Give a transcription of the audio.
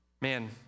Man